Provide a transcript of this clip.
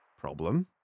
problem